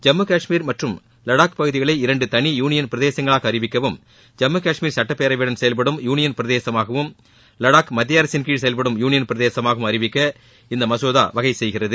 ஜம்மு கஷ்மீர் மற்றும் லடாக் பகுதிகளை இரண்டு தனி யூனியன் பிரதேசங்களாக அறிவிக்கவும் ஜம்மு கஷ்மீர் சட்டப்பேரவையுடன் செயல்படும் யூனியன் பிரதேசமாகவும் லடாக் மத்திய அரசின் கீழ் செயல்படும் யூனியன் பிரதேசமாகவும் அறிவிக்க இம்மசோதா வகை செய்கிறது